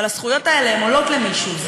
אבל הזכויות האלה עולות למישהו,